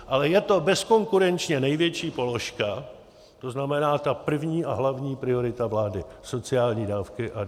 Ale je to bezkonkurenčně největší položka, to znamená ta první a hlavní priorita vlády sociální dávky a důchody.